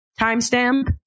timestamp